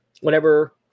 whenever